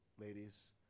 ladies